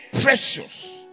precious